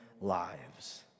lives